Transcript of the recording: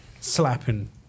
slapping